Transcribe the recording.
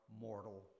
mortal